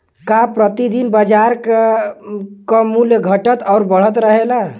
का प्रति दिन बाजार क मूल्य घटत और बढ़त रहेला?